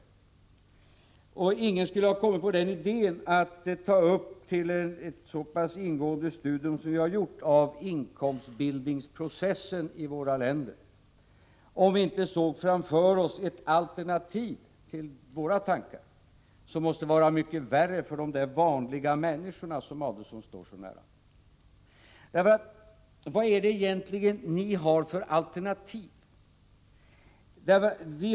Ingen av oss skulle ha kommit på idén att göra ett så pass ingående studium av inkomstbildningsprocessen i våra länder som vi har gjort om vi inte hade sett framför oss ett alternativ till våra tankar som måste vara mycket värre för de ”vanliga människorna”, vilka Ulf Adelsohn står så nära. Vad har ni egentligen för alternativ?